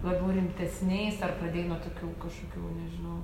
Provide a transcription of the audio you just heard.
labiau rimtesniais ar pradėjai nuo tokių kažkokių nežinau